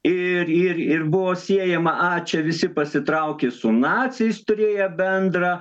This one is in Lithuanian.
ir ir ir buvo siejama a čia visi pasitraukė su naciais turėję bendra